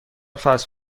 فست